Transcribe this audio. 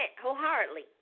wholeheartedly